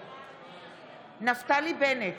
בנט,